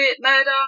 murder